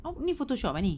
ah need photoshop ah ni